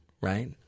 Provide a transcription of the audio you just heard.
right